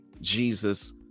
jesus